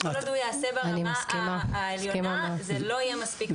כל עוד הוא לא יעשה ברמה העליונה זה לא יהיה מספיק מדויק.